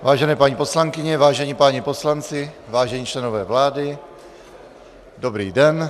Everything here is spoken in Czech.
Vážené paní poslankyně, vážení páni poslanci, vážení členové vlády, dobrý den.